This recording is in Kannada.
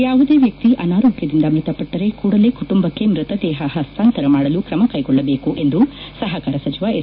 ಯಾವುದೇ ವ್ಯಕ್ತಿ ಅನಾರೋಗ್ಯದಿಂದ ಮೃತಪಟ್ಟರೆ ಕೂಡಲೇ ಕುಟುಂಬಕ್ಕೆ ಮೃತದೇಹ ಹಸ್ತಾಂತರ ಮಾಡಲು ಕ್ರಮ ಕೈಗೊಳ್ಳಬೇಕು ಎಂದು ಸಹಕಾರ ಸಚಿವ ಎಸ್